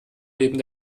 neben